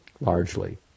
largely